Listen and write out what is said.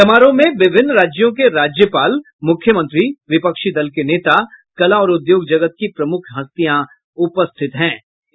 समारोह में विभिन्न राज्यों के राज्यपाल मुख्यमंत्री विपक्षी दल के नेता कला और उद्योग जगत की प्रमुख हरितयों उपस्थित रहेंगी